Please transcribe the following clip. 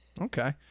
Okay